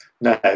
No